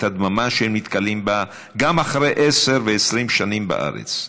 את הדממה שהם נתקלים בה גם אחרי עשר ו-20 שנים בארץ.